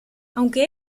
aunque